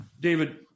David